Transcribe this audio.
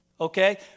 Okay